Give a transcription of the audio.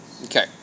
Okay